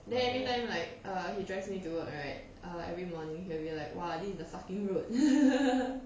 then then like err he drive me to work right err every morning he will be like !wah! this is the fucking road